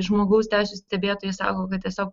žmogaus teisių stebėtojai sako kad tiesiog